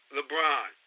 LeBron